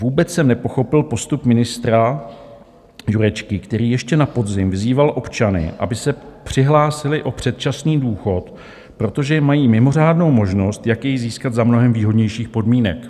Vůbec jsem nepochopil postup ministra Jurečky, který ještě na podzim vyzýval občany, aby se přihlásili o předčasný důchod, protože mají mimořádnou možnost, jak jej získat za mnohem výhodnějších podmínek.